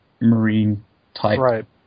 marine-type